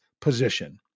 position